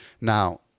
Now